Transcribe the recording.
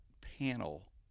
panel